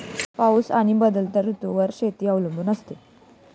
पाऊस आणि बदलत्या ऋतूंवर शेती अवलंबून असते